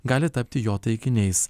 gali tapti jo taikiniais